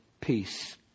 peace